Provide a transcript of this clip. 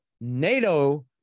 NATO